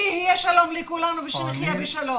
שיהיה שלום לכולנו ושנחיה בשלום.